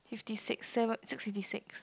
fifty six seve~ six fifty six